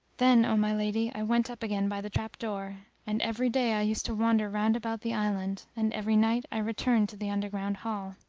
then, o my lady, i went up again by the trap-door, and every day i used to wander round about the island and every night i returned to the underground hall.